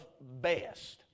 best